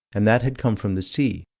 and that had come from the sea,